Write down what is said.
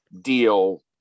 deal